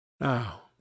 now